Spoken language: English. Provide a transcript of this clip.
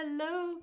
hello